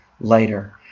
later